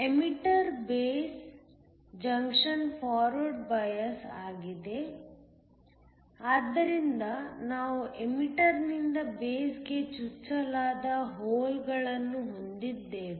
emitter base junction forward ಬಯಾಸ್ಆಗಿದೆ ಆದ್ದರಿಂದ ನಾವು ಎಮಿಟರ್ ನಿಂದ ಬೇಸ್ಗೆ ಚುಚ್ಚಲಾದ ಹೋಲ್ಗಳನ್ನು ಹೊಂದಿದ್ದೇವೆ